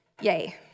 Yay